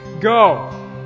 go